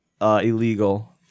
illegal